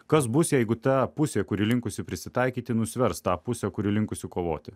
kas bus jeigu ta pusė kuri linkusi prisitaikyti nusvers tą pusę kuri linkusi kovoti